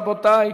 רבותי,